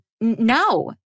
No